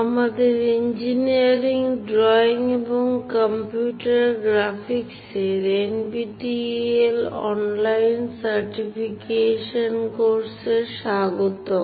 আমাদের engineering drawing এবং computer গ্রাফিক্সের NPTEL অনলাইন সার্টিফিকেশন কোর্সে স্বাগতম